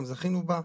גם זכינו בה,